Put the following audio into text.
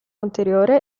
anteriore